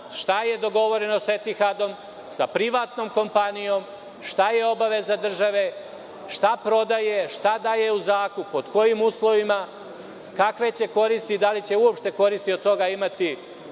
šta je dogovoreno sa Etihadom, sa privatnom kompanijom, šta je obaveza države, šta prodaje, šta daje u zakup, pod kojim uslovima, kakve će koristi i da li će uopšte koristi od toga imati